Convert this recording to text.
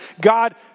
God